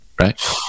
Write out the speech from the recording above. right